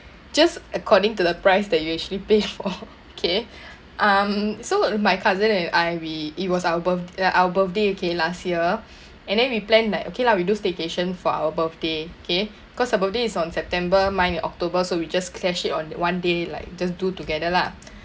just according to the price that you actually pay for okay um so my cousin and I we it our birth~ ya our birthday okay last year and then we plan like okay lah we do staycation for our birthday okay cause her birthday is on september mine in october so we just clash it on one day like just do together lah